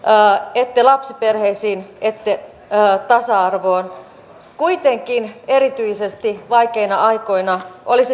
valiokunta pitää erittäin ongelmallisena sitä että toimintamenoja joudutaan edelleen rahoittamaan uusien hankintojen kustannuksella